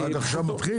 רק עכשיו אתה מתחיל?